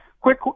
Quick